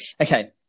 Okay